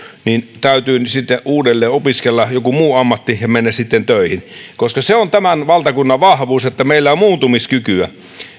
niin täytyy sitten uudelleen opiskella joku muu ammatti ja mennä sitten töihin nimittäin se on tämän valtakunnan vahvuus että meillä on muuntumiskykyä